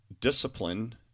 discipline